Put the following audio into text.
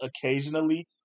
occasionally